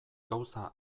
gauza